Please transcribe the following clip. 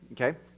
okay